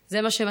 זה מה שמחפשים.